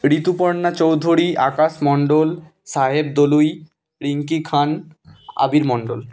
Rituparna Chowdhury Akash Mondal Saheb Doloi Rinki Khan Abir Mondal